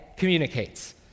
communicates